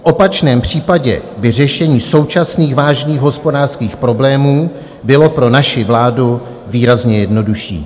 V opačném případě by řešení současných vážných hospodářských problémů bylo pro naši vládu výrazně jednodušší.